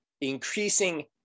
increasing